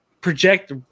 project